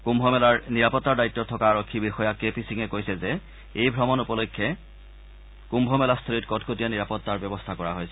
কুম্ভমেলাৰ নিৰাপত্তাৰ দায়িত্বত থকা আৰক্ষী বিষয়া কে পি সিঙে কৈছে যে এই ভ্ৰমণ উপলক্ষে কুম্ভমেলাস্থলীত কটকটীয়া নিৰাপত্তাৰ ব্যৱস্থা কৰা হৈছে